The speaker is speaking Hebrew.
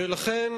ולכן,